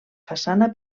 façana